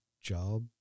job